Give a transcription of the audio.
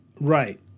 right